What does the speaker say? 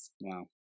Wow